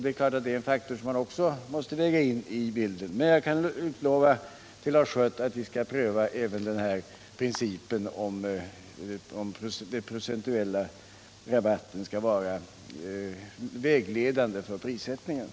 Det är givetvis en faktor som man också måste lägga in i bilden. Men jag kan lova Lars Schött att vi skall pröva även principen huruvida rabatten skall utgöra en procentuell andel av priset. Om skyldigheten att medföra nödsändare på flygplan